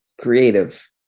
creative